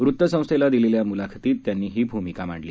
वृतसंस्थेला दिलेल्या मुलाखतीत त्यांनी ही भूमिका मांडली